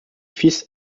fils